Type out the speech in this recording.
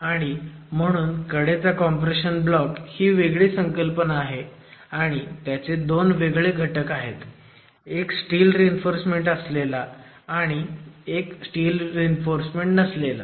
आणि म्हणून कडेचा कॉम्प्रेशन ब्लॉक ही वेगळी संकल्पना आहे आणि त्याचे 2 वेगळे घटक आहेत एक स्टील रीइन्फोर्समेंट असलेला एक आणि नसलेला एक